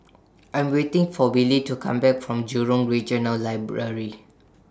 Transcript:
I Am waiting For Willy to Come Back from Jurong Regional Library